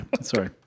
Sorry